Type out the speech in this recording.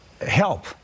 help